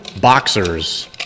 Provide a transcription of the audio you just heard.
boxers